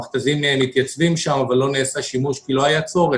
המכת"זים מתייצבים שם אבל לא נעשה בהם שימוש כי לא היה צורך.